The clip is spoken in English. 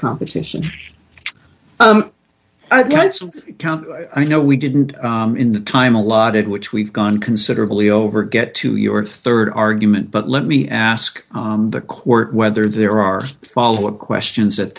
competition i know we didn't in the time allotted which we've gone considerably over get to your rd argument but let me ask the court whether there are follow up questions at